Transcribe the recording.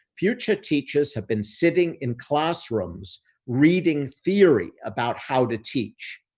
future teachers have been sitting in classrooms reading theory about how to teach.